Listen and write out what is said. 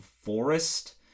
forest